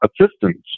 assistance